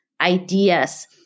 ideas